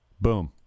Boom